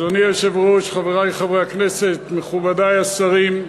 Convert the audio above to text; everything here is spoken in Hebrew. אדוני היושב-ראש, חברי חברי הכנסת, מכובדי השרים,